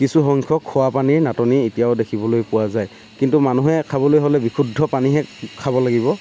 কিছুসংখ্যক খোৱা পানীৰ নাটনি এতিয়াও দেখিবলৈ পোৱা যায় কিন্তু মানুহে খাবলৈ হ'লে বিশুদ্ধ পানীহে খাব লাগিব